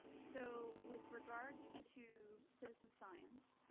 so, with regards to citizen science,